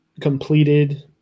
completed